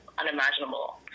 unimaginable